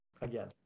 again